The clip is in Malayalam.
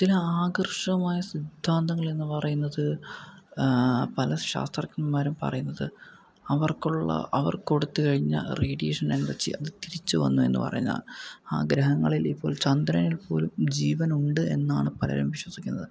അതിലാകർഷമായ സിദ്ധാന്ധങ്ങൾ എന്നുപറയുന്നത് പല ശാസ്ത്രഞ്ജന്മാരും പറയുന്നത് അവർക്കുള്ള അവർ കൊടുത്തുകഴിഞ്ഞ റേഡിയേഷൻ എനർജി അത് തിരിച്ചുവന്നു എന്ന് പറഞ്ഞാണ് ആ ഗ്രഹങ്ങളിൽ ഇപ്പോൾ ഒരു ചന്ദ്രനിൽ പോലും ജീവനുണ്ട് എന്നാണ് പലരും വിശ്വസിക്കുന്നത്